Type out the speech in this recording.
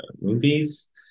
movies